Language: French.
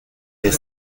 est